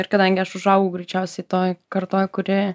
ir kadangi aš užaugau greičiausiai toj kartoj kuri